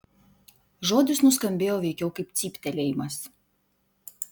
žodis nuskambėjo veikiau kaip cyptelėjimas